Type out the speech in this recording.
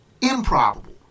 Improbable